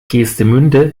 geestemünde